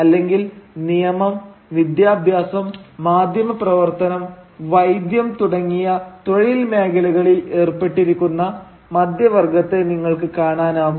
അല്ലെങ്കിൽ നിയമം വിദ്യാഭ്യാസം മാധ്യമപ്രവർത്തനം വൈദ്യം തുടങ്ങിയ തൊഴിൽ മേഖലകളിൽ ഏർപ്പെട്ടിരിക്കുന്ന മധ്യവർഗത്തെ നിങ്ങൾക്ക് കാണാനാകും